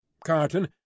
Carton